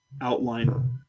outline